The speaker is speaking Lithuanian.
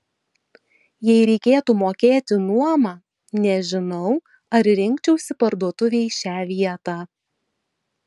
jei reikėtų mokėti nuomą nežinau ar rinkčiausi parduotuvei šią vietą